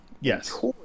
yes